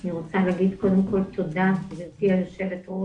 אני רוצה להגיד תודה, גברתי היושבת-ראש,